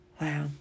wow